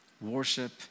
Worship